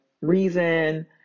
reason